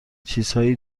چیزهای